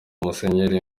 musenyeri